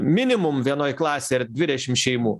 minimum vienoj klasėj ar dvidešim šeimų